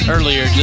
Earlier